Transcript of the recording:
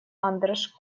андраш